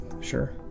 sure